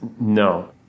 No